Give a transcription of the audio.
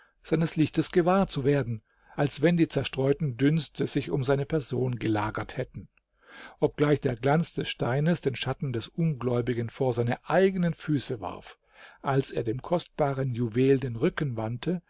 seines lichtes gewahr zu werden als wenn die zerstreuten dünste sich um seine person gelagert hätten obgleich der glanz des steines den schatten des ungläubigen vor seine eigenen füße warf als er dem kostbaren juwel den rücken wandte